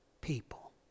people